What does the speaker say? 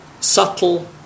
subtle